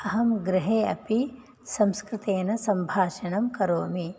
अहं गृहे अपि संस्कृतेन सम्भाषणं करोमि